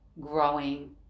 growing